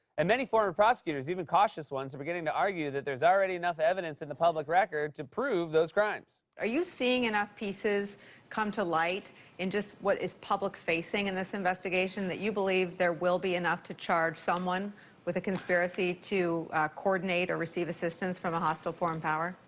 and many former prosecutors, even cautious ones, are beginning to argue that there's already enough evidence in the public record to prove those crimes. are you seeing enough pieces come to light in just what is public facing in this investigation that you believe there will be enough to charge someone with a conspiracy to coordinate or receive assistance from a hostile foreign power?